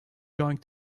going